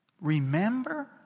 remember